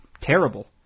terrible